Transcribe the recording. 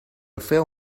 fill